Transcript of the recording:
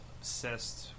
obsessed